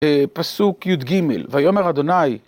פסוק יג', ויאמר אדוני...